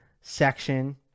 section